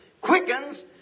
quickens